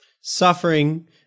suffering